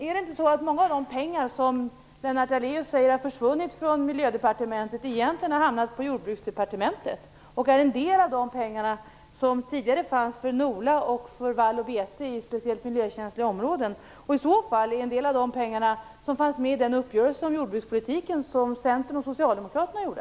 Är det inte så att mycket av de pengar som Lennart Daléus säger har försvunnit från Miljödepartementet egentligen har hamnat på Jordbruksdepartementet och är en del av de pengar som tidigare fanns för NOLA och för vall och vete i speciellt miljökänsliga områden? I så fall är de en del av de pengar som fanns med i den uppgörelse om jordbrukspolitiken som Centern och Socialdemokraterna träffade.